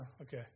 okay